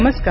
नमस्कार